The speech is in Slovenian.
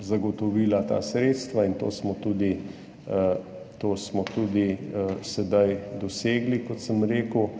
zagotovila ta sredstva, in to smo tudi sedaj dosegli, kot sem rekel.